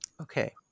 Okay